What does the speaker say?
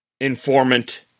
informant